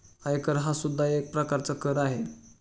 आयकर हा सुद्धा एक प्रकारचा कर आहे